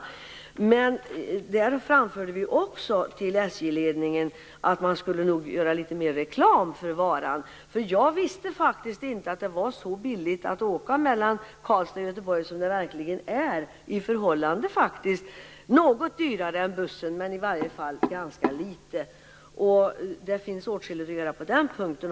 På den punkten framförde vi till SJ-ledningen att de nog skulle göra litet mer reklam för varan. Jag visste faktiskt inte att det var så billigt att åka tåg mellan Karlstad och Göteborg som det verkligen är. Det är något dyrare än bussen, men ganska litet. Det finns givetvis åtskilligt att göra på den punkten.